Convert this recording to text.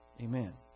Amen